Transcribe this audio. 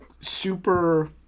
super